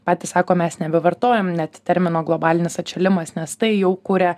patys sako mes nebevartojam net termino globalinis atšilimas nes tai jau kuria